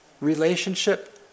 relationship